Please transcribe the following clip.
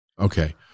Okay